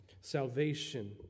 Salvation